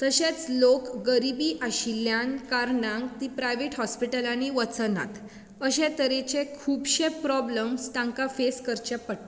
तशेंच लोक गरिबी आशिल्या कारणांन ती प्राइवेट हॉस्पिटलांनी वचनात अशे तरेचे खुबशे प्रोब्लमस तांकां फेस करचे पडटा